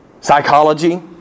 psychology